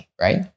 right